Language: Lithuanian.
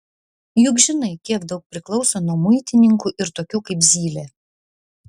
juk žinai kiek daug priklauso nuo muitininkų ir tokių kaip zylė